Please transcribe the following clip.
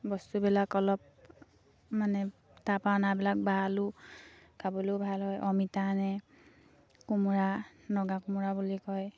বস্তুবিলাক অলপ মানে তাৰপৰা অনাবিলাক ভালো খাবলৈয়ো ভাল হয় অমিতা আনে কোমোৰা নগা কোমোৰা বুলি কয়